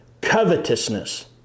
covetousness